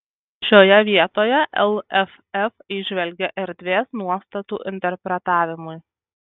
šioje vietoje lff įžvelgė erdvės nuostatų interpretavimui